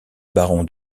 baron